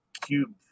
cube